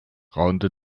raunte